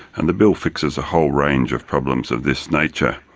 and the bill fixes a whole range of problems of this nature.